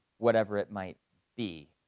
whatever it might be.